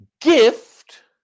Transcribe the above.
gift